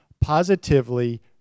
positively